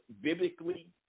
biblically